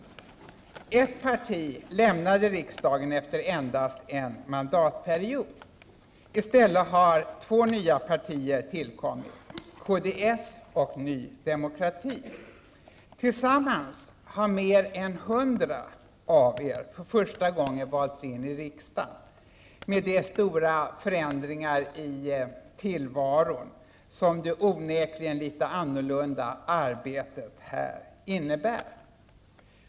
Ett parti lämnade riksdagen efter endast en mandatperiod. I stället har två nya partier tillkommit, kds och Ny Demokrati. Tillsammmans har mer än 100 av er för första gången valts in i riksdagen med de stora förändringar i tillvaron som det onekligen litet annorlunda arbetet här innebär.